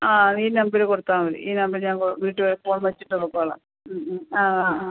ആ ഈ നമ്പര് കൊടുത്താൽ മതി ഈ നമ്പര് ഞാൻ കൊ വീട്ടിൽ ഫോൺ വെച്ചിട്ട് പോയിക്കൊള്ളാം ആ ആ ആ